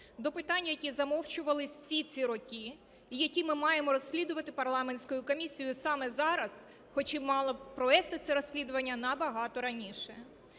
до питання, які замовчувалися всі ці роки, і які ми маємо розслідувати парламентською комісією саме зараз, хоча і мали би провести це розслідування набагато раніше.